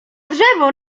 drzewo